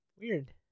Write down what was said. Weird